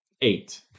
Eight